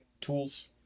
tools